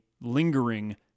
lingering